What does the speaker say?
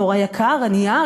נורא יקר הנייר,